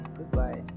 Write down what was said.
Goodbye